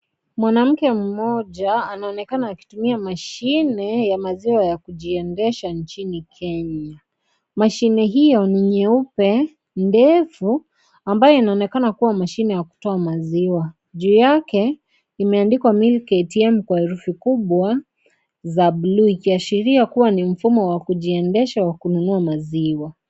Mwanamke mmoja anaonekana akitumia mashine ya maziwa ya kujiendesha nchini Kenya. Mashine hiyo ni nyeupe, ndefu, ambayo inaonekana kuwa mashine ya kutoa maziwa. Juu yake, imeandikwa MILK ATM kwa herufi kubwa za buluu, ikiashiria kuwa ni mfumo wa kujiendesha wa kununua maziwa.